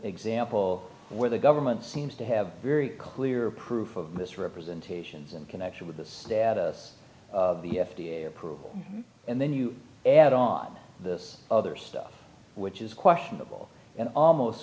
example where the government seems to have very clear proof of misrepresentations and connection with the status of the f d a approval and then you add on this other stuff which is questionable and almost